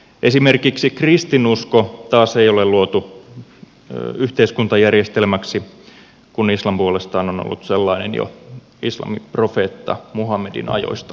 esimerkiksi kristinusko taas ei ole luotu yhteiskuntajärjestelmäksi kun islam puolestaan on ollut sellainen jo islamin profeetta muhammedin ajoista lähtien